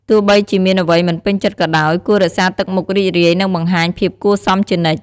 ទោះបីជាមានអ្វីមិនពេញចិត្តក៏ដោយ គួររក្សាទឹកមុខរីករាយ និងបង្ហាញភាពគួរសមជានិច្ច។